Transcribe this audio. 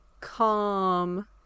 calm